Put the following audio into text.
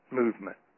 movement